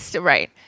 Right